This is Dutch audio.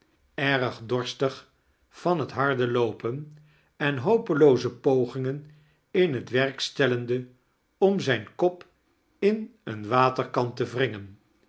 erg dorstig van het harde loopen en hopeloo e pogingen in het werk stellende om zijn kop in een wateakam te wringen